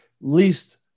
least